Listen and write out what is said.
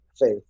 faith